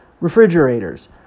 refrigerators